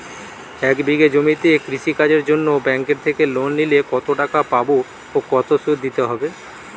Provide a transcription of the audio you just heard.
এক বিঘে জমিতে কৃষি কাজের জন্য ব্যাঙ্কের থেকে লোন নিলে কত টাকা পাবো ও কত শুধু দিতে হবে?